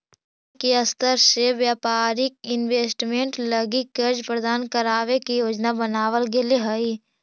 सरकार के स्तर से व्यापारिक इन्वेस्टमेंट लगी कर्ज प्रदान करावे के योजना बनावल गेले हई